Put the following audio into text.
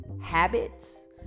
habits